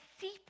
seep